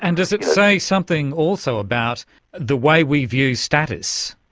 and does it say something also about the way we view status,